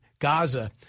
Gaza